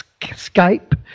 Skype